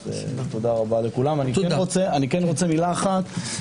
מילה אחת,